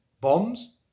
bombs